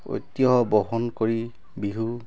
ঐতিহ্য বহন কৰি বিহু